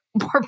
more